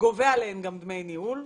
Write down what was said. גובה עליה גם דמי ניהול.